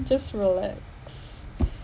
just relax